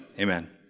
amen